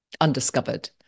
undiscovered